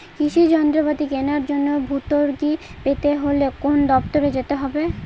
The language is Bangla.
কৃষি যন্ত্রপাতি কেনার জন্য ভর্তুকি পেতে হলে কোন দপ্তরে যেতে হবে?